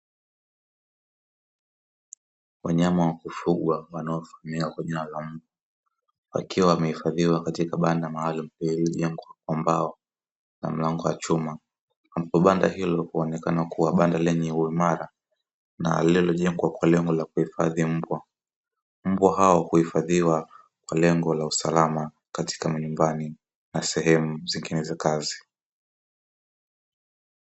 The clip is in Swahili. Wanyama wa kufugwa wanaofahamika kwa jina la mbwa wakiwa wamehifadhiwa katika banda maalumu lililojengwa kwa mbao na mlango wa chuma, banda hilo huonekana kuwa ni banda lenye uimara na lililojengwa kwa lengo la kuhifadhi mbwa, mbwa hao huifadhiwa kwa lengo la usalama katika manyumbani na sehemu zingine za kazi.